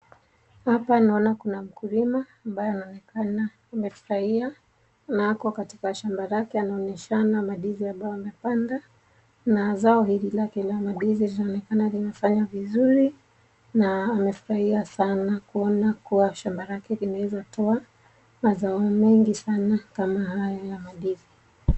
Hapa naona kuna mkulima ambaye anaonekana amefurahia na ako katika shamba lake anaoneshana mandizi ambayo amepanda na zao hili lake la mandizi linaonekana linafanya vizuri na amefurahia sana kuona kuwa shamba lake limeweza kutoa mazao mengi sana kama haya ya mandizi.